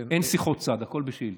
אין שיחות צד, הכול בשאילתות.